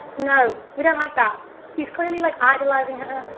no, we don't like that. he's clearly like idolising her.